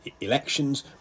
elections